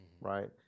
right